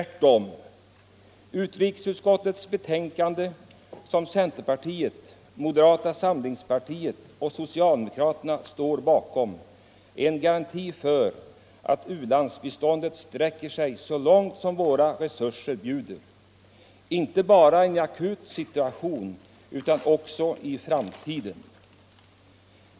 Ut — länder rikesutskottets betänkande, som centerpartiet, moderata samlingspartiet och socialdemokraterna står bakom, är en garanti för att u-landsbiståndet sträcker sig så långt som våra resurser bjuder, inte bara i en akut situation utan också i framtiden.